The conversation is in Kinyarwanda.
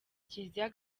kiliziya